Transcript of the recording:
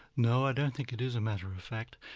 no i don't think it is a matter of fact,